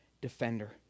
defender